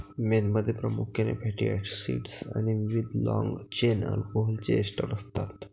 मेणमध्ये प्रामुख्याने fatty acids आणि विविध लाँग चेन अल्कोहोलचे एस्टर असतात